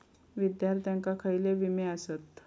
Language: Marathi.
विद्यार्थ्यांका खयले विमे आसत?